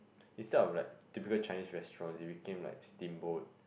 instead of like typical Chinese restaurant it became like steamboat